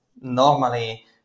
normally